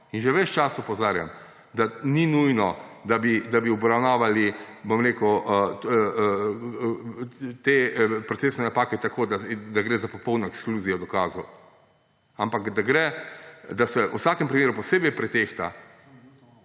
In že ves čas opozarjam, da ni nujno, da bi obravnavali, bom rekel, te procesne napake tako, da gre za popolno ekskluzijo dokazov, ampak da se o vsakem primeru posebej pretehta,